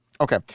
Okay